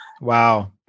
Wow